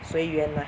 随缘 lah